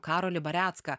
karolį barecką